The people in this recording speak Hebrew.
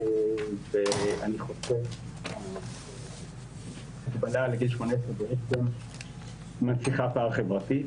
אני חושב שההגבלה לגיל 18 בעצם מנציחה פערים חברתיים,